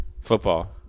football